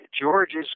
George's